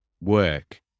work